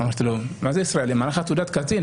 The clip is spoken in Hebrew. אמרתי לו: מה זה ישראלי, אני מראה לך תעודת קצין.